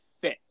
fit